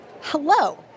Hello